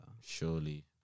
surely